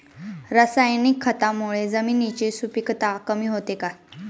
रासायनिक खतांमुळे जमिनीची सुपिकता कमी होते का?